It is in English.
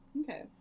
Okay